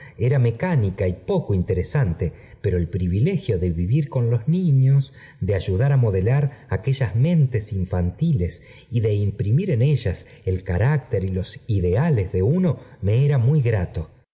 era mecánica y poco interesante pero el privdegio de vivir con loe niños de ayudar á modelar aquellas mentes infantiles y de imprimir en eüas el carácter y los ideales desuno me era muy grato sin